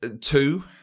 Two